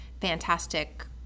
fantastic